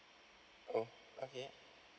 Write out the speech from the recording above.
oh okay